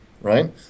right